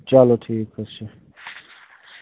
چلو ٹھیٖک حظ چھُ